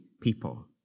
people